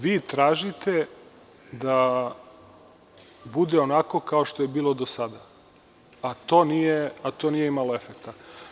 Vi tražite da bude onako kao što je bilo do sada, a to nije imalo efekta.